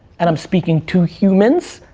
and i'm speaking to humans.